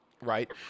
Right